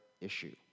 issue